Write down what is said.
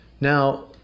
now